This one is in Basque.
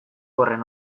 horren